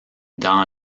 dans